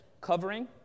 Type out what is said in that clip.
covering